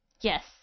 yes